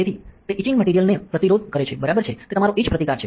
તેથી તે ઇચિંગ મટીરિયલનો પ્રતિરોધ કરે છે બરાબર છે તે તમારો ઇચ પ્રતિકાર છે